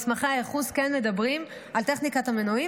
מסמכי הייחוס כן מדברים על טכניקת המנועים